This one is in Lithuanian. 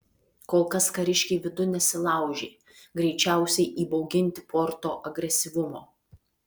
kol kas kariškiai vidun nesilaužė greičiausiai įbauginti porto agresyvumo